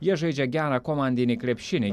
jie žaidžia gerą komandinį krepšinį